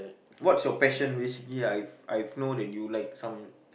what's your passion basically I I I've know that you like some